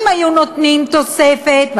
אם היו נותנים תוספת,